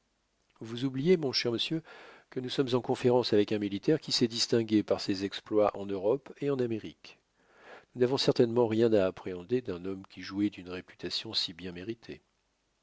vous oubliez mon cher monsieur que nous sommes en conférence avec un militaire qui s'est distingué par ses exploits en europe et en amérique nous n'avons certainement rien à appréhender d'un homme qui jouit d'une réputation si bien méritée